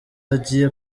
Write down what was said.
agiye